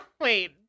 Wait